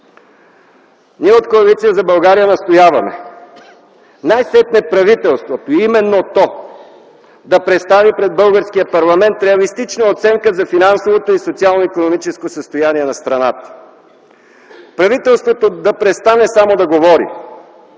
Ние от Коалиция за България настояваме: Най-сетне правителството, именно то, да представи пред българския парламент реалистична оценка за финансово и социално-икономическото състояние на страната. Правителството да престане само да говори,